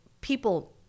people